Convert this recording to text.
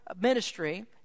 ministry